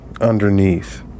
underneath